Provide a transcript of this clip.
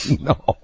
no